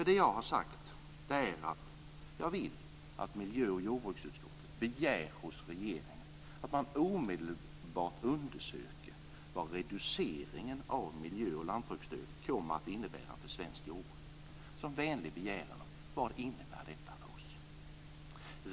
Det jag har sagt är att jag vill att miljö och jordbruksutskottet begär hos regeringen att den omedelbart undersöker vad reduceringen av miljö och lantbruksstödet kommer att innebära för svenskt jordbruk. Det är en vänlig begäran om att få veta vad detta innebär för oss.